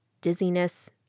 dizziness